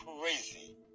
crazy